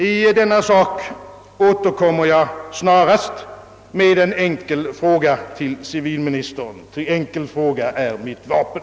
I denna sak återkommer jag snarast med en enkel fråga till civilministern, ty enkel fråga är mitt vapen.